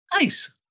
Nice